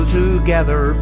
together